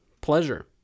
Pleasure